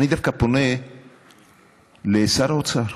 אני דווקא פונה לשר האוצר: